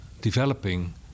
developing